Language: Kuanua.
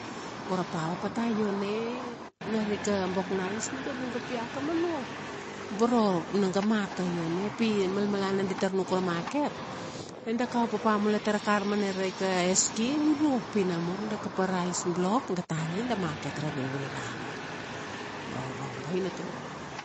go ra power pata io na, go raika boknais di ga vung kapia a komono, uboro Vunagamata. Io na pi, a malmalana di tar nuk ra market, Na da kau papa mule tara kar mana raika eski uro. Pi namur da kapa ra ice-block da talil da market ra virviri ra rot. Iouro boina tuna.